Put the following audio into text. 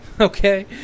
okay